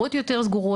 המסגרות יותר סגורות.